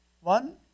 one